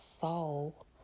soul